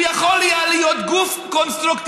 הוא יכול היה להיות גוף קונסטרוקטיבי,